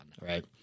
Right